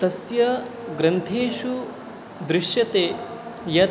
तस्य ग्रन्थेषु दृश्यते यत्